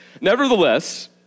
Nevertheless